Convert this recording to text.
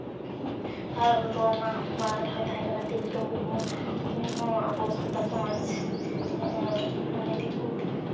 ᱟᱨᱦᱚᱸ ᱚᱱᱟ ᱢᱟᱲᱟᱝ ᱨᱮᱦᱚᱸ ᱛᱟᱦᱮᱸ ᱠᱟᱱᱟ ᱛᱤᱞᱠᱟᱹ ᱢᱩᱨᱢᱩ ᱩᱱᱤᱦᱚᱸ ᱟᱵᱚ ᱥᱟᱱᱛᱟᱲ ᱥᱚᱢᱟᱡᱽ ᱫᱤᱠᱩ